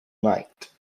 night